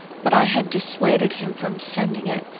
but i had dissuaded him from sending it,